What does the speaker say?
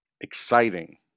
Exciting